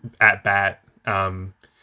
at-bat